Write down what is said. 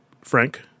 Frank